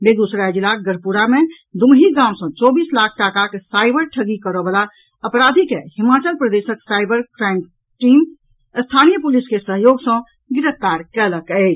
बेगूसराय जिलाक गढ़पुरा मे दुमही गाम सॅ चौबीस लाख टाकाक साइबर ठगी करऽ वला अपराधी के हिमाचल प्रदेशक साइबर क्राईम टीम स्थानीय पुलिस के सहयोग सॅ गिरफ्तार कयलक अछि